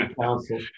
council